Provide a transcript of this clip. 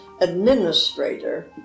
administrator